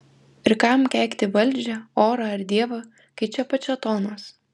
ir kam keikti valdžią orą ar dievą kai čia pat šėtonas